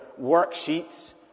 worksheets